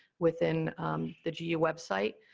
within the gu yeah website,